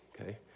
okay